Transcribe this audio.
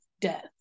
death